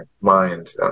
mind